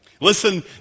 Listen